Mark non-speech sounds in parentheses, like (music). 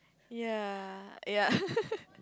ya ya (laughs)